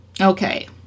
Okay